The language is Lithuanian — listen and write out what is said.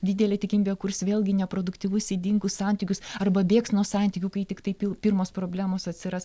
didelė tikimybė kurs vėlgi neproduktyvus ydingus santykius arba bėgs nuo santykių kai tiktai pil pirmos problemos atsiras